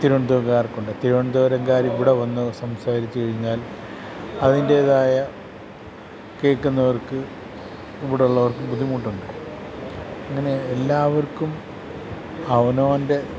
തിരുവനന്തപുരത്തുകാർക്കുണ്ട് തിരുവനന്തപുരംകാർ ഇവിടെ വന്ന് സംസാരിച്ചു കഴിഞ്ഞാൽ അതിൻറ്റേതായ കേൾക്കുന്നവർക്ക് ഇവിടെയുള്ളവർക്ക് ബുദ്ധിമുട്ടുണ്ട് അങ്ങനെ എല്ലാവർക്കും അവനവൻ്റെ